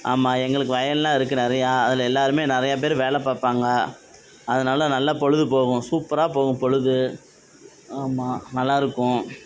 ஆமாம் எங்களுக்கு வயலெலாம் இருக்குது நிறையா அதில் எல்லோருமே நிறையா பேர் வேலை பார்ப்பாங்க அதனால நல்லா பொழுது போகும் சூப்பராக போகும் பொழுது ஆமாம் நல்லாயிருக்கும்